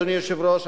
אדוני היושב ראש,